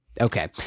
okay